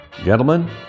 gentlemen